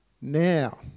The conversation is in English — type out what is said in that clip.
now